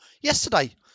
yesterday